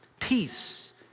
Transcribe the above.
peace